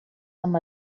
amb